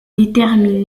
déterminé